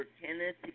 Kenneth